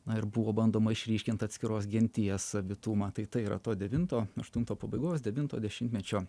na ir buvo bandoma išryškint atskiros genties savitumą tai tai yra to devinto aštunto pabaigos devinto dešimtmečio